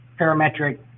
parametric